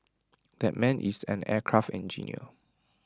that man is an aircraft engineer